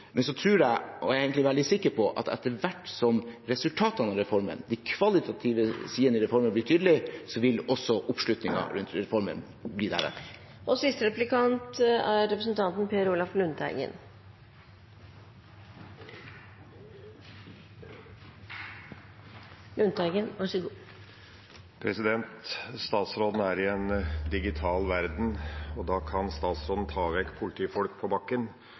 Men så tror jeg – jeg er egentlig veldig sikker på – at etter hvert som resultatene av reformen, de kvalitative sidene ved reformen, blir tydelige, vil også oppslutningen om reformen bli deretter. Statsråden er i en digital verden. Da kan statsråden ta vekk politifolk på bakken som kjenner forholdene i praksis. Det er en